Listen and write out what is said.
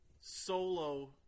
Solo